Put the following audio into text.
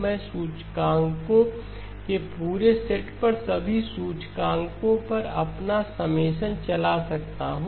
मैं सूचकांकों के पूरे सेट पर सभी सूचकांकों पर अपना समेशन चला सकता हूं